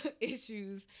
issues